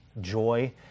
joy